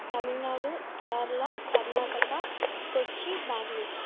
Tamil Nadu Kerala Karnataka Cochin Bangalore